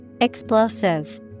Explosive